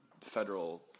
federal